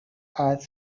are